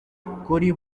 kuri